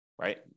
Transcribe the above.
right